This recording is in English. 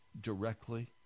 directly